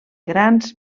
grans